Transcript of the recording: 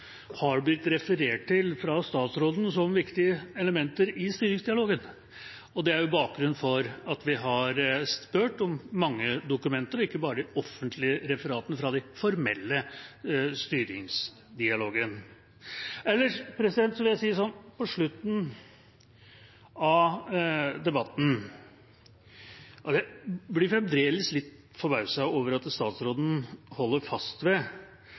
blitt referert til av statsråden som viktige elementer i styringsdialogen. Det er bakgrunnen for at vi har spurt etter mange dokumenter og ikke bare de offentlige referatene fra den formelle styringsdialogen. Ellers vil jeg, på slutten av debatten, si at jeg fremdeles blir litt forbauset over at statsråden holder fast ved